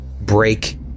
break